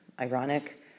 ironic